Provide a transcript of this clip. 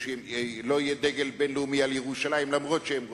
ולא יהיה דגל בין-לאומי על ירושלים אף-על-פי שהם רוצים.